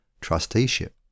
trusteeship